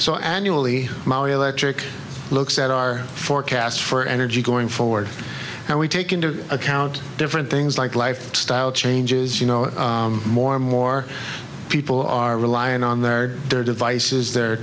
so annually molly electric looks at our forecast for energy going forward and we take into account different things like lifestyle changes you know more and more people are reliant on their their devices the